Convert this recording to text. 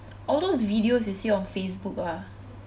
all those videos you see on Facebook lah